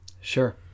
Sure